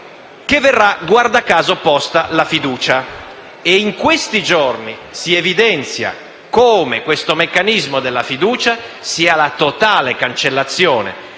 che, guarda caso, verrà posta la fiducia. In questi giorni si evidenzia come questo meccanismo della fiducia sia la totale cancellazione